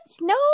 No